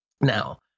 Now